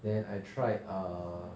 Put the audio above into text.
then I tried err